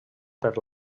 per